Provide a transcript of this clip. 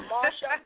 Marsha